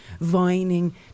vining